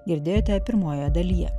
girdėjote pirmojoje dalyje